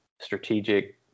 strategic